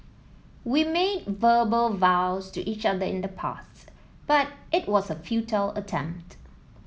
we made verbal vows to each other in the past but it was a futile attempt